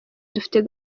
dufite